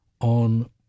on